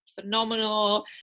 phenomenal